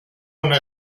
una